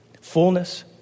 Fullness